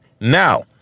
now